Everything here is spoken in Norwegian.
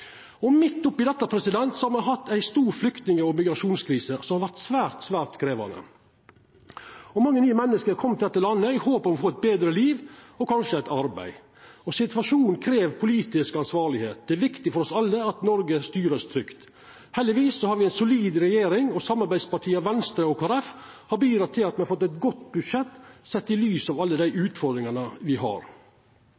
Midt oppe i dette har me hatt ei stor flyktning- og migrasjonskrise, som har vore svært krevjande, og mange nye menneske har kome til dette landet i håp om å få eit betre liv og kanskje eit arbeid. Situasjonen krev politisk ansvar. Det er viktig for oss alle at Noreg vert styrt trygt. Heldigvis har me ei solid regjering, og samarbeidspartia Venstre og Kristeleg Folkeparti har bidrege til at me har fått eit godt budsjett sett i lys av alle dei